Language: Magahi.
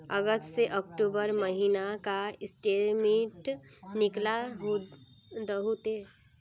अगस्त से अक्टूबर महीना का स्टेटमेंट निकाल दहु ते?